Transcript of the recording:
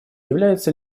является